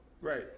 Right